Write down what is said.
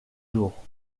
jours